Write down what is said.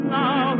now